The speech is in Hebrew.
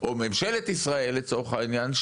ממשלת ישראל לצורך העניין,